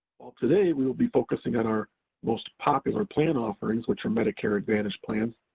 while today we will be focusing on our most popular plan offerings, which are medicare advantage plans,